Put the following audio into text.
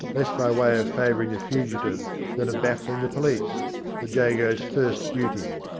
less by way of favouring the fugitive than of baffling the police the jago's first duty.